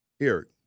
Eric